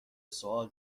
سؤال